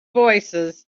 voicesand